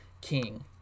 king